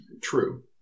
True